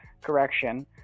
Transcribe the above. correction